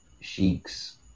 sheiks